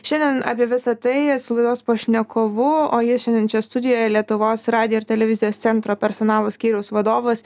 šiandien apie visa tai su laidos pašnekovu o jis šiandien čia studijoje lietuvos radijo ir televizijos centro personalo skyriaus vadovas